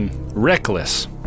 Reckless